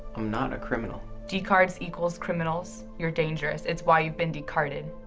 i'm not a criminal. decards equals criminals. you're dangerous, it's why you've been decarded.